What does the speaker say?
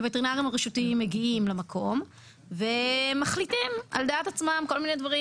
הווטרינרים הרשותיים מגיעים למקום ומחליטים על דעת עצמם כל מיני דברים.